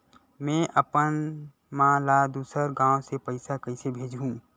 में अपन मा ला दुसर गांव से पईसा कइसे भेजहु?